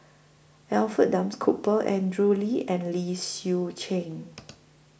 Alfred Duff Cooper Andrew Lee and Low Swee Chen